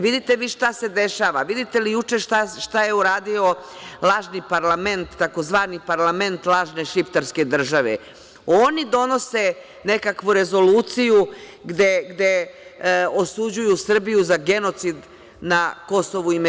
Vidite šta se dešava, vidite li juče šta je uradio lažni parlament tzv. lažni parlament šiptarske države, oni donose nekakvu rezoluciju gde osuđuju Srbiju za genocid na KiM?